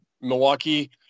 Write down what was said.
milwaukee